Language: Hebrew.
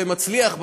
ומצליח,